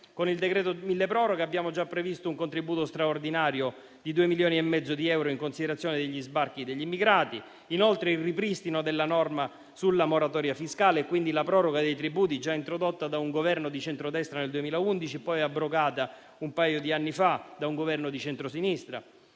con il decreto milleproroghe abbiamo già previsto un contributo straordinario di due milioni e mezzo di euro in considerazione degli sbarchi degli immigrati. Abbiamo previsto inoltre il ripristino della norma sulla moratoria fiscale e, quindi, la proroga dei tributi già introdotta da un Governo di centrodestra nel 2011, poi abrogata un paio di anni fa da un Governo di centrosinistra.